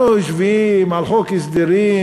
אנחנו יושבים על חוק הסדרים,